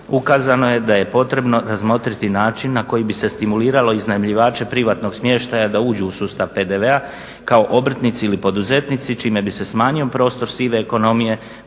ukazano je da je potrebno razmotriti način na koji bi se stimuliralo iznajmljivače privatnog smještaja da uđu u sustav PDV-a kao obrtnici ili poduzetnici čime bi se smanjio prostor sive ekonomije,